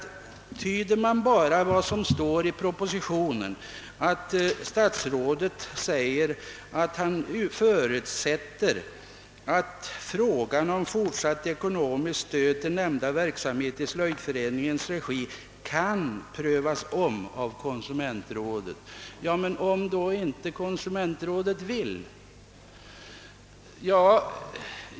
Statsrådet säger i propositionen att han förutsätter att frågan om fortsatt ekonomiskt stöd till nämnda verksamhet i Slöjdföreningens regi kan omprövas av konsumentrådet. Ja, men om då inte konsumentrådet vill?